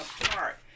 apart